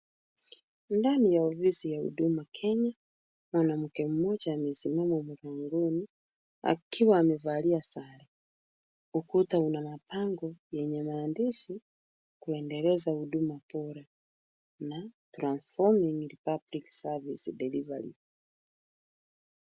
Ndani ya ofisi ya Huduma Kenya, mwanamke mmoja amesimama mlangoni akiwa amevalia sare. Ukuta una mabango yenye maandishi kuendeleza huduma bora na transforming public service delivery .